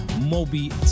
Moby